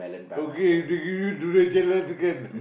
okay if they give you durian jelly also can